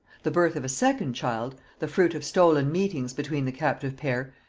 the birth of a second child, the fruit of stolen meetings between the captive pair,